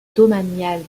domaniale